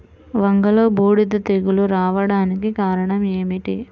వంగలో బూడిద తెగులు రావడానికి కారణం ఏమిటి?